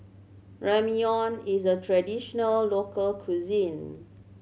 ramyeon is a traditional local cuisine